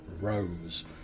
Rose